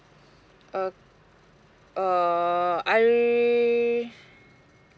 uh uh I